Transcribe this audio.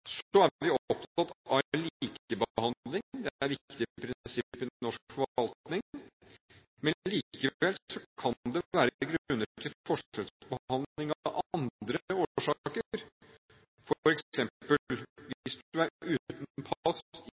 Så er vi jo opptatt av likebehandling. Det er et viktig prinsipp i norsk forvaltning. Men likevel kan det være grunner til forskjellsbehandling av andre årsaker. For eksempel vil du, hvis du er uten pass